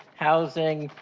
housing,